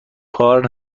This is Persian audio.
کار